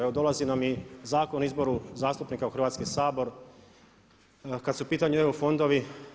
Evo dolazi nam i Zakon o izboru zastupnika u Hrvatski sabor kad su u pitanju EU fondovi.